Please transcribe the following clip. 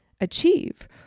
achieve